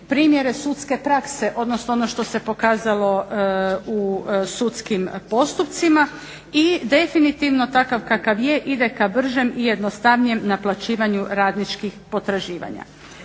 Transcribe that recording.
primjere sudske prakse, odnosno ono što se pokazalo u sudskim postupcima. I definitivno takav kakav je ide ka bržem i jednostavnijem naplaćivanju radničkih potraživanja.